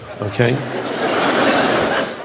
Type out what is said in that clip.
okay